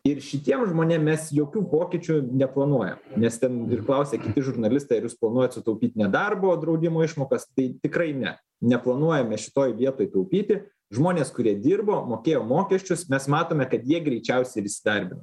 ir šitiem žmonėm mes jokių pokyčių neplanuojam nes ten ir klausia kiti žurnalistai ar jūs planuojat sutaupyt nedarbo draudimo išmokas tai tikrai ne neplanuojame šitoj vietoj taupyti žmonės kurie dirbo mokėjo mokesčius mes matome kad jie greičiausiai ir įsidarbina